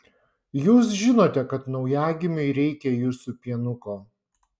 jūs žinote kad naujagimiui reikia jūsų pienuko